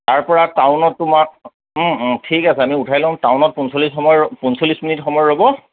তাৰপৰা টাউনত তোমাৰ ঠিক আছে আমি উঠাই ল'ম টাউনত পঞ্চলিছ সময় পঞ্চলিছ মিনিট সময় ৰ'ব